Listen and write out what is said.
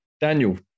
Daniel